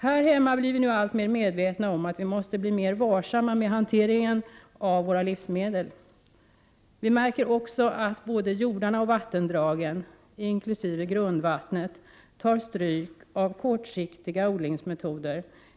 Här hemma blir vi nu alltmer medvetna om att vi måste bli mer varsamma med hanteringen av våra livsmedel. Vi märker också att både jordarna och vattendragen, inkl. grundvattnet, tar stryk av kortsiktiga odlingsmetoder.